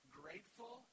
grateful